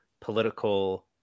political